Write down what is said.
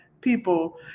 people